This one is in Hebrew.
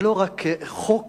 זה לא רק חוק,